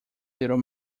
little